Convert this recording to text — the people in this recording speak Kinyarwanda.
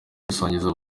gusangiza